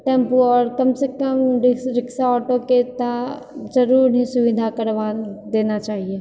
tempo आओर कम सँ कम रिक्शा ऑटो के तऽ जरूर ही सुविधा करवा देना चाहिए